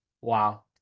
Wow